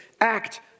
act